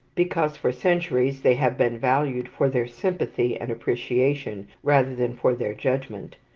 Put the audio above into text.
because for centuries they have been valued for their sympathy and appreciation rather than for their judgment,